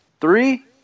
Three